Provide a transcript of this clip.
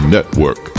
Network